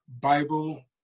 Bible